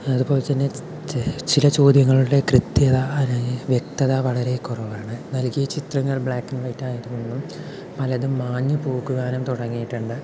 അതുപോലെത്തന്നെ ചില ചോദ്യങ്ങളുടെ കൃത്യത വ്യക്തത വളരെ കുറവാണ് നൽകിയ ചിത്രങ്ങൾ ബ്ലാക്ക് ആൻഡ് വൈറ്റ് ആയതുകൊണ്ടും പലതും മാഞ്ഞു പോകുവാനും തുടങ്ങിയിട്ടുണ്ട്